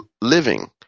living